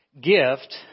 gift